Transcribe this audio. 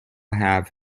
have